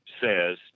says